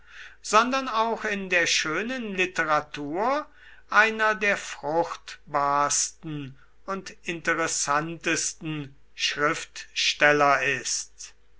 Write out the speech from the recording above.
sondern auch in der schönen literatur einer der fruchtbarsten und interessantesten schriftsteller ist